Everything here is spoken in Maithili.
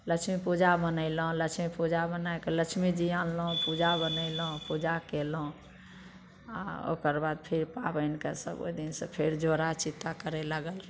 लक्ष्मी पूजा मनेलहुँ लक्ष्मी पूजा मनाए कऽ लक्ष्मी जी आनलहुँ पूजा बनेलहुँ पूजा कयलहुँ आ ओकरबाद फिर पाबनिके सब ओहि दिन से फेर जोड़ा चित्ता करै लागल